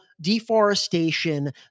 deforestation